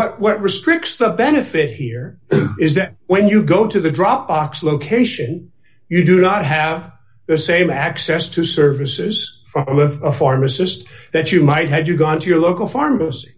and what restricts the benefit here is that when you go to the drop box location you do not have the same access to services from a pharmacist that you might had you gone to your local pharmacy